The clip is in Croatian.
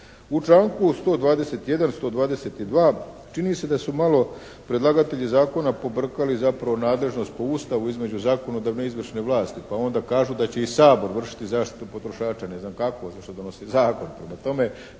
U članku 121., 122. čini se da su malo predlagatelji zakona pobrkali zapravo nadležnost po Ustavu između zakonodavne i izvršne vlasti pa onda kažu da će i Sabor vršiti zaštitu potrošača. Ne znam kako osim što donosi zakon. Prema tome,